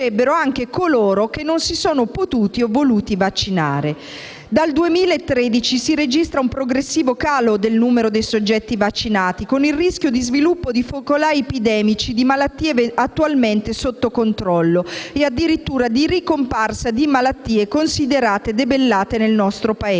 Dal 2013 si registra un progressivo calo del numero dei soggetti vaccinati, con il rischio di sviluppo di focolai epidemici di malattie attualmente sotto controllo e addirittura di ricomparsa di malattie considerate debellate nel nostro Paese.